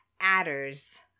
adders